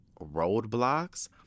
roadblocks